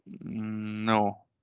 No